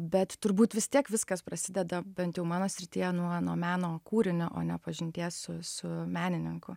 bet turbūt vis tiek viskas prasideda bent jau mano srityje nuo nuo meno kūrinio o ne pažinties su su menininku